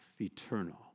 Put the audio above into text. eternal